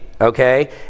okay